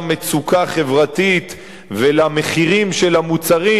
מצוקה חברתית והמחירים של המוצרים,